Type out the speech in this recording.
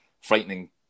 frightening